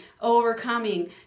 overcoming